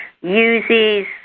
uses